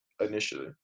initially